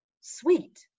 Sweet